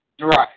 Right